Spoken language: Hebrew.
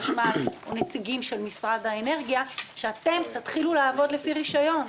החשמל או נציגים של משרד האנרגיה אתם תתחילו לעבוד לפי רישיון.